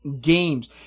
games